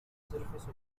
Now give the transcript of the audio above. surface